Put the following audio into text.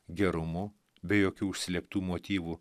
gerumu be jokių užslėptų motyvų